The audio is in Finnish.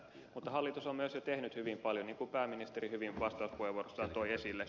mutta hallitus on myös jo tehnyt hyvin paljon niin kuin pääministeri hyvin vastauspuheenvuorossaan toi esille